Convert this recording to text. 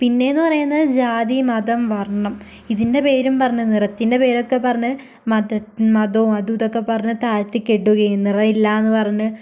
പിന്നെയെന്ന് പറയുന്നത് ജാതി മതം വർണ്ണം ഇതിൻ്റെ പേരും പറഞ്ഞ് നിറത്തിൻ്റെ പേരൊക്കെ പറഞ്ഞ് മത മതവും അതും ഇതൊക്കെ പറഞ്ഞ് താഴ്ത്തി കെട്ടുകയും നിറം ഇല്ലായെന്ന് പറഞ്ഞ്